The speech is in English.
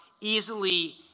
easily